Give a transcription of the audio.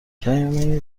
کمی